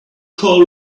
call